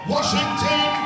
Washington